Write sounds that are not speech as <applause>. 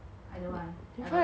<noise>